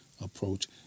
approach